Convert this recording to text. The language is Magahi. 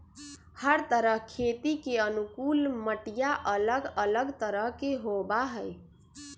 हर तरह खेती के अनुकूल मटिया अलग अलग तरह के होबा हई